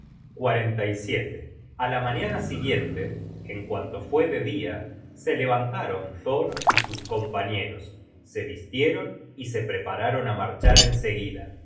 search generated at a la mañana siguiente en cuanto fue de dia se levantaron thor y sus compañeros se vistieron y se prepararon á marchar enseguida